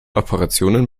operationen